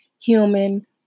human